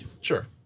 Sure